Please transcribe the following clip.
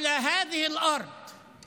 (אומר בערבית: "על האדמה הזאת,